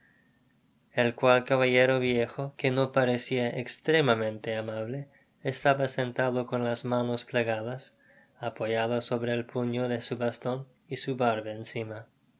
el cual caballero viejo que no parecia extremamente amable estaba sentado con las manos plegadas apoyadas sobre el puño de su baston y su barba encima